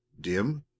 dim